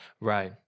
Right